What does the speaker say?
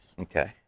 Okay